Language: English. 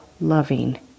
loving